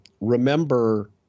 Remember